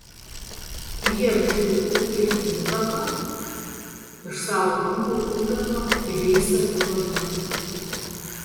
ji apžiūri ūkį ir jį nuperka iš savo rankų uždarbio įveisia vynuogyną